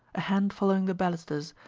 a hand following the balusters,